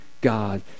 god